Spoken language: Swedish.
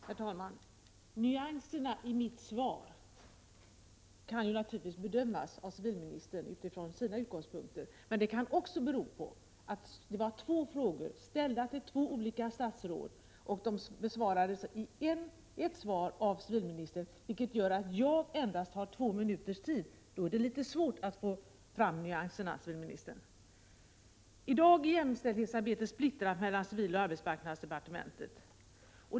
Herr talman! Nyanserna i mitt inlägg kan civilministern naturligtvis bedöma från sina utgångspunkter. Men det var två frågor som ställts till två olika statsråd, och de besvarades i ett sammanhang av civilministern, vilket gör att jag endast har två minuter på mig. Då är det litet svårt att få fram nyanserna, civilministern. I dag är jämställdhetsarbetet splittrat mellan civildepartementet och arbetsmarknadsdepartementet.